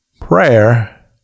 prayer